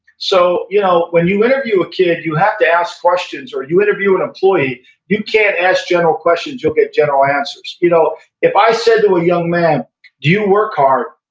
so, you know when you interview a kid you have to ask questions, or you interview an employee you can't ask general questions or you'll get general answers. you know if i said to a young man you work hard?